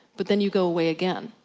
but then you go away again.